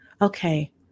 okay